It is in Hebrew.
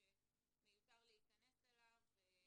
מיותר להיכנס אליו עכשיו,